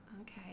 okay